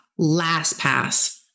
LastPass